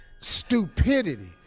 Stupidity